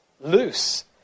loose